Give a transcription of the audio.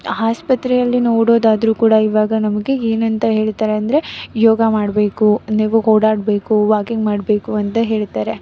ಆಸ್ಪತ್ರೆಯಲ್ಲಿ ನೋಡೋದಾದರೂ ಕೂಡ ಈವಾಗ ನಮಗೆ ಏನಂತ ಹೇಳ್ತಾರೆ ಅಂದರೆ ಯೋಗ ಮಾಡಬೇಕು ನೀವು ಓಡಾಡಬೇಕು ವಾಕಿಂಗ್ ಮಾಡಬೇಕು ಅಂತ ಹೇಳ್ತಾರೆ